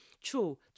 true